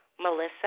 Melissa